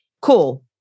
Cool